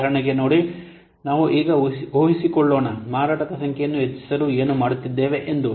ಉದಾಹರಣೆಗೆ ನೋಡಿ ನಾವು ಈಗ ಊಹಿಸಿಕೊಳ್ಳೋಣ ಮಾರಾಟದ ಸಂಖ್ಯೆಯನ್ನು ಹೆಚ್ಚಿಸಲು ಏನು ಮಾಡುತ್ತಿದ್ದೇವೆ ಎಂದು